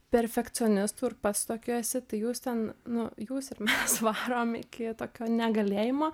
perfekcionistu ir pats tokiu esi tai jūs ten nu jūs ir mes vakarojom iki tokio negalėjimo